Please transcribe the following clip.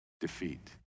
defeat